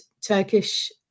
Turkish